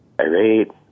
irate